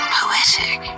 poetic